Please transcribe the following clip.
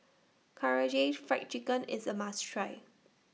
Karaage Fried Chicken IS A must Try